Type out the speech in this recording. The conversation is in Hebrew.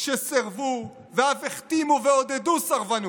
שסירבו ואף הכתימו ועודדו סרבנות?